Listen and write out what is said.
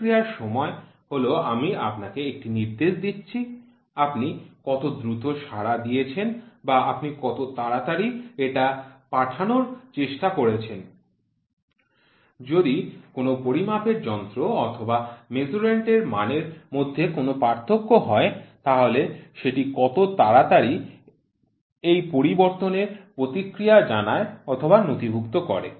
প্রতিক্রিয়ার সময় হল আমি আপনাকে একটি নির্দেশ দিচ্ছি আপনি কত দ্রুত সাড়া দিয়েছেন বা আপনি কত তাড়াতাড়ি এটা পাঠানোর চেষ্টা করেছেন যদি কোন পরিমাপের যন্ত্র অথবা মেজার্যান্ড এর মানের মধ্যে কোন পার্থক্য হয় তাহলে সেটি কত তাড়াতাড়ি এই পরিবর্তনের প্রতিক্রিয়া জানায় অথবা নথিভুক্ত করে